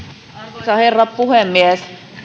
arvoisa herra puhemies